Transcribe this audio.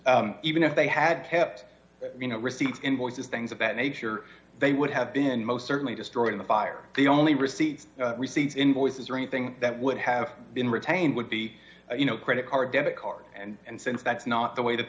so even if they had kept you know receipts invoices things of that nature they would have been most certainly destroyed in the fire the only receipts receipts invoices or anything that would have been retained would be you know credit card debit card and since that's not the way that